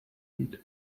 lied